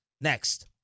next